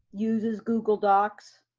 uses google docs,